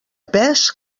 pes